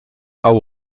hau